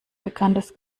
bekanntes